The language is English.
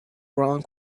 wrong